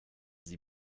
sie